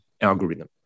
algorithm